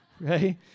right